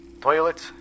toilets